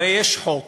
הרי יש חוק